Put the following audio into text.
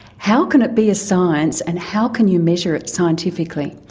how can it be a science, and how can you measure it scientifically?